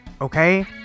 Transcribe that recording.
Okay